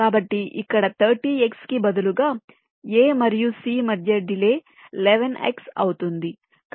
కాబట్టి ఇక్కడ 30X కి బదులుగా A మరియు C మధ్య డిలే 11X అవుతుంది